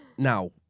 Now